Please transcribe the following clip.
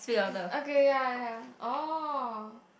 okay ya ya oh